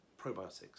probiotics